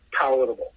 palatable